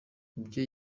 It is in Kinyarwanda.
ibyo